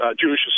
Jewish